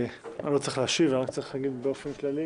אני לא צריך להשיב, אני רק צריך להגיד באופן כללי